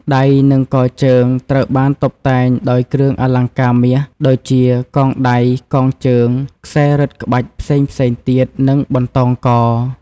ដៃ និងកជើងត្រូវបានតុបតែងដោយ គ្រឿងអលង្ការមាស ដូចជា កងដៃ កងជើង ខ្សែរឹតក្បាច់ផ្សេងៗទៀត និងបន្តោងក។